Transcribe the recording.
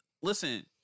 listen